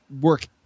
work